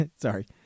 Sorry